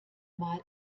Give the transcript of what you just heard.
mal